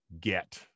get